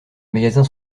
magasins